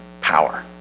power